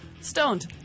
Stoned